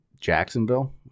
Jacksonville